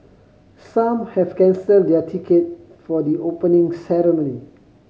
some have cancelled their ticket for the Opening Ceremony